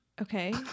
okay